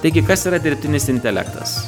taigi kas yra dirbtinis intelektas